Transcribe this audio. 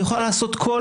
היא יכולה לעשות כל